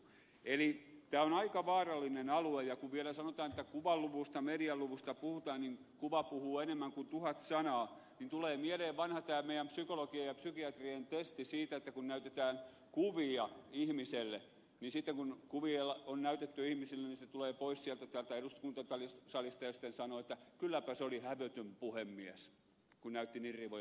tämä on aika vaarallinen alue ja kun vielä kuvaluvusta medialuvusta puhutaan ja sanotaan että kuva puhuu enemmän kuin tuhat sanaa niin tulee mieleen tämä meidän psykologien ja psykiatrien vanha testi siitä että kun näytetään kuvia ihmisille niin sitten kun kuvia on näytetty ihmisille niin he tulevat pois täältä eduskuntasalista ja sitten sanovat että kylläpäs oli hävytön puhemies kun näytti niin rivoja kuvia